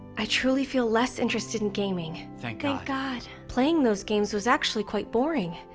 i truly feel less interested in gaming. thank ah god! playing those games was actually quite boring.